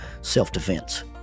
self-defense